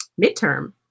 midterm